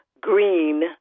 green